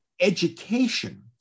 education